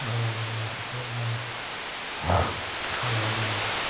खाने बड़ियां अच्छियां न खाने आह्लियां